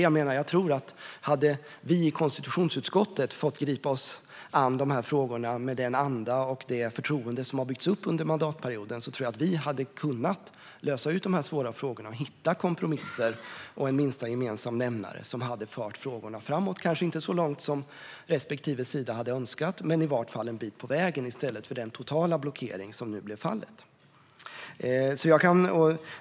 Jag menar att om vi i konstitutionsutskottet fått gripa oss an frågorna med den anda och det förtroende som har byggts upp under mandatperioden hade vi kunnat lösa de svåra frågorna och hitta kompromisser och en minsta gemensam nämnare som hade fört frågorna framåt, kanske inte så långt som respektive sida hade önskat men i varje fall en bit på vägen i stället för den totala blockering som nu blev fallet.